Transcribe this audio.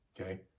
Okay